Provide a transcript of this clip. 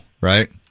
right